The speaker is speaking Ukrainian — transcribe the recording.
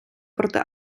проти